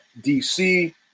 DC